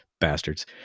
bastards